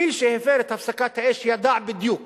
מי שהפר את הפסקת האש ידע בדיוק